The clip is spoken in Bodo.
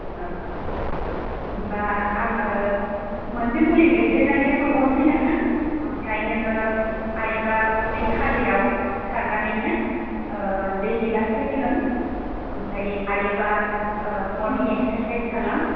औ होमबा आङो मोनसे मुलि लिरदेरनानै हरबावनोसै नोंनो ओमफ्राय नोङो हायोबा उदै खालियाव सिखारनानैनो ओ दै गिलास से लों ओमफ्राय हायोबा ओ मर्निं एक्सारसायज खालाम